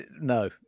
No